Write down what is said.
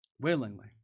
Willingly